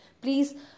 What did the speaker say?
Please